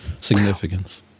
significance